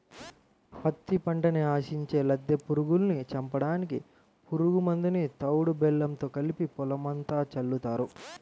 పత్తి పంటని ఆశించే లద్దె పురుగుల్ని చంపడానికి పురుగు మందుని తవుడు బెల్లంతో కలిపి పొలమంతా చల్లుతారు